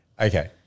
okay